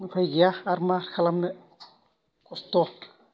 उपाय गैया आरो मा खालामनो खस्थ'